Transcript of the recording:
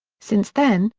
since then,